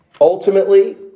ultimately